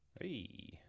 Hey